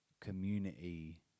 community